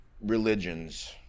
religions